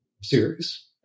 series